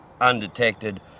undetected